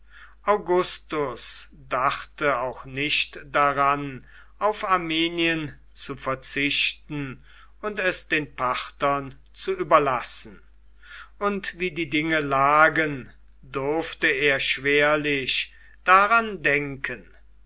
augustus dachte auch nicht daran auf armenien zu verzichten und es den parthern zu überlassen und wie die dinge lagen durfte er schwerlich daran denken